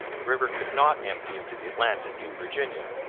the river could not empty into the atlantic in virginia.